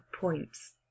points